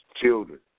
children